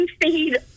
feed